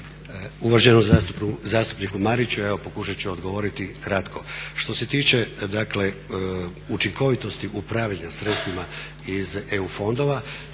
Uvaženom zastupniku Mariću evo pokušat ću odgovoriti kratko. Što se tiče dakle učinkovitosti upravljanja sredstvima iz EU fondova